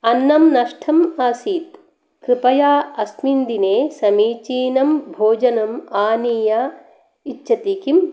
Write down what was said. अन्नं नष्टं आसीत् कृपया अस्मिन् दिने समीचीनं भोजनम् आनीय इच्छति किम्